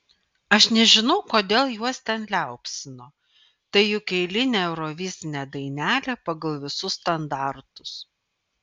aš nežinau kodėl juos ten liaupsino tai juk eilinė eurovizinė dainelė pagal visus standartus